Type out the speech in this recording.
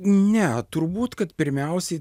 ne turbūt kad pirmiausiai